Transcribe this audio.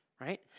Right